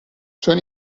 چون